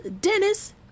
Dennis